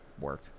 work